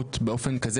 בגדול,